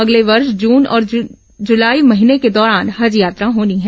अगले वर्ष जून और जुलाई महीने के दौरान हज यात्रा होनी है